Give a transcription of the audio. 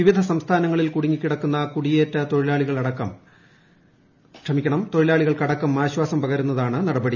വിവിധ സംസ്ഥാനങ്ങളിൽ കുടുങ്ങിക്കിടക്കുന്ന കുടിയേറ്റത്തൊഴിലാളികൾക്കടക്കം ആശ്വാസം പകരുന്നതാണ് നടപടി